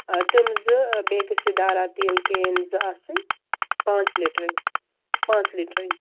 تِم زٕ بیٚیہِ گَژھِ دارا تیٖل کین زٕ آسٕنۍ پانٛژھ لیٖٹرٕنۍ پانٛژھ لیٖٹرٕنۍ